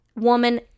Woman